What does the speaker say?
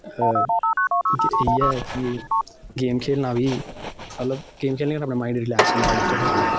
इयै ऐ कि गेम खेलना बी मतलब गेम खेलने कन्नै अपना माइंड रिलैक्स होंदा अगर तुस